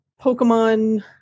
Pokemon